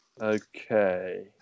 Okay